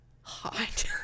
hot